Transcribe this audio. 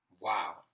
Wow